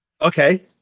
Okay